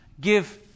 give